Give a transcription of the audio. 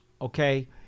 Okay